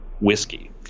whiskey